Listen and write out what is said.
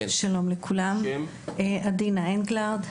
עדינה אנגלרד,